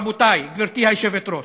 רבותי, גברתי היושבת-ראש: